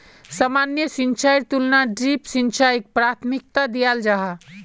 सामान्य सिंचाईर तुलनात ड्रिप सिंचाईक प्राथमिकता दियाल जाहा